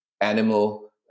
animal